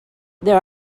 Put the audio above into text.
there